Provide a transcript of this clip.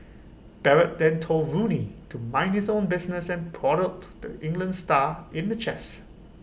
Barrett then told Rooney to mind his own business and prodded the England star in the chest